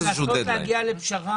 אני מציע לנסות להגיע לפשרה.